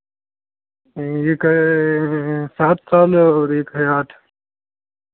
एक है सात साल और एक है आठ